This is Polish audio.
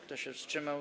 Kto się wstrzymał?